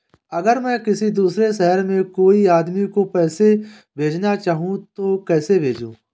अगर मैं किसी दूसरे शहर में कोई आदमी को पैसे भेजना चाहूँ तो कैसे भेजूँ?